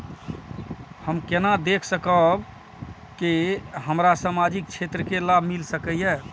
हम केना देख सकब के हमरा सामाजिक क्षेत्र के लाभ मिल सकैये?